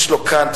יש לו כאן,